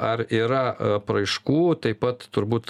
ar yra apraiškų taip pat turbūt